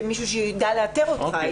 של מישהו שידע לאתר אותך,